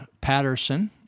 Patterson